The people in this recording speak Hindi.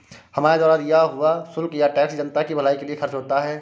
हमारे द्वारा दिया हुआ शुल्क या टैक्स जनता की भलाई के लिए खर्च होता है